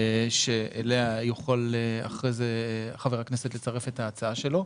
שאליה יוכלו אחרי כן חברי הכנסת לצרף את ההצעה שלהם.